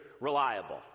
reliable